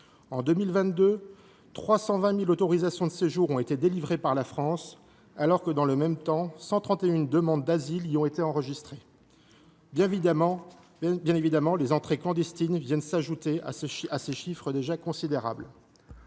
En 2022, 320 000 autorisations de séjour ont été délivrées par la France alors que, dans le même temps, 131 000 demandes d’asile y ont été enregistrées. Bien évidemment, les entrées clandestines viennent s’ajouter à ces chiffres déjà considérables.